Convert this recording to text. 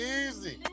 easy